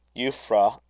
euphra!